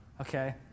Okay